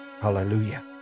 hallelujah